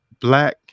black